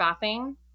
bathing